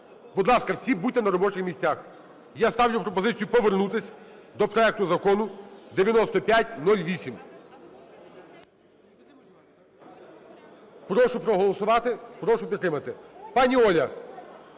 Будь ласка, всі будьте на робочих місцях. Я ставлю пропозицію повернутись до проекту Закону 9508. Прошу проголосувати, прошу підтримати.